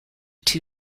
two